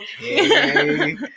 Okay